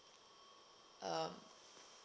uh